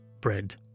bread